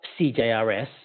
CJRS